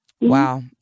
Wow